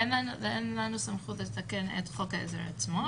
אין לנו סמכות לתקן את חוק העזר עצמו,